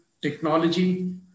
technology